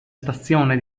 stazione